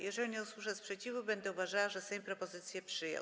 Jeżeli nie usłyszę sprzeciwu, będę uważała, że Sejm propozycję przyjął.